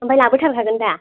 ओमफ्राय लाबो थारखागोन दा